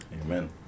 Amen